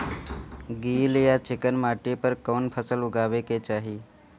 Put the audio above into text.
गील या चिकन माटी पर कउन फसल लगावे के चाही?